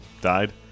died